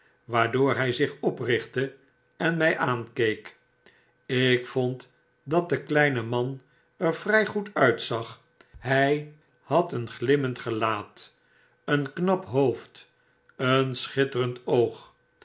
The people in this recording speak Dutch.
waardoor hy zich oprichtte en my aankeek ik vond dat de kleine man er vry goed uitzagf hy had een glimmend gelaat een knap hoofd een schitterend oog